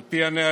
על פי הנהלים,